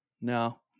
No